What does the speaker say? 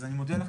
אז אני מודה לך,